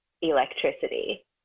electricity